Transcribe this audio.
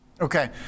Okay